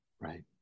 Right